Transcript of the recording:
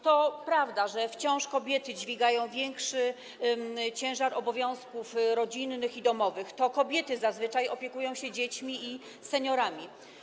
To prawda, że kobiety wciąż dźwigają większy ciężar obowiązków rodzinnych i domowych, to kobiety zazwyczaj opiekują się dziećmi i seniorami.